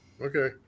Okay